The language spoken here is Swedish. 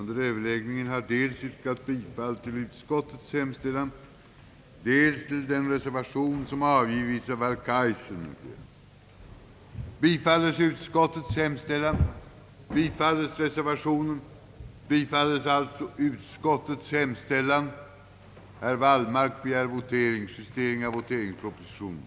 Herr talman! En upplysning till, herr Wallmark! Diskussionen i forskningsberedningen om storacceleratorn ägde rum innan remissen till universiteten gick ut. Sedan var det en ny diskussion i forskningsberedningen på basis av vad som kom fram i remissyttrandena. att för riksdagen skulle framläggas de förslag, vartill en dylik utredning kunde giva anledning; ävensom